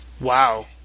Wow